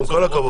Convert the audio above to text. עם כל הכבוד,